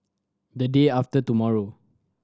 the day after tomorrow